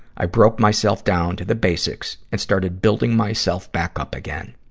i broke myself down to the basics and started building myself back up again.